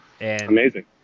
Amazing